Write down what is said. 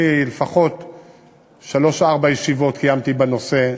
אני, לפחות שלוש, ארבע ישיבות קיימתי בנושא,